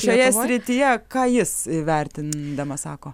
šioje srityje ką jis įvertindamas sako